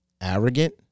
arrogant